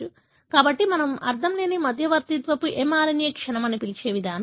కాబట్టి మనం అర్ధంలేని మధ్యవర్తిత్వ mRNA క్షయం అని పిలిచే విధానం ఇది